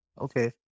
Okay